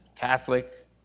Catholic